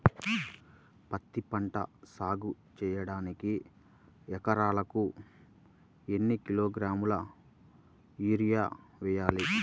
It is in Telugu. పత్తిపంట సాగు చేయడానికి ఎకరాలకు ఎన్ని కిలోగ్రాముల యూరియా వేయాలి?